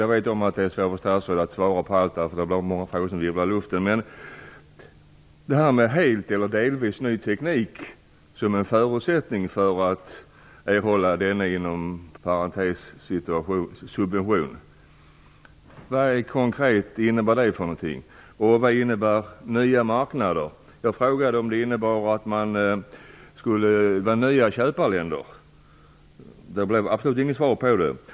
Jag vet att det är svårt för statsrådet att svara på de många frågor som virvlar i luften, men jag vill ta upp spörsmålet om helt eller delvis ny teknik som en förutsättning för att erhålla den eventuella subventionen. Vad innebär detta konkret, och vad innebär nya marknader i detta sammanhang? Jag undrade om det betyder att det är fråga om nya köparländer. Det fick jag absolut inget svar på.